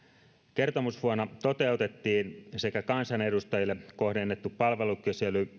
kertomusvuonna toteutettiin sekä kansanedustajille kohdennettu palvelukysely